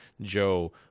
Joe